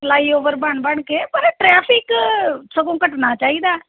flyover ਬਣ ਬਣ ਕੇ ਪਰ ਇਹ ਟ੍ਰੈਫਿਕ ਸਗੋਂ ਘਟਣਾ ਚਾਹੀਦਾ